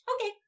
Okay